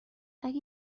اگه